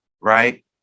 right